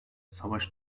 savaş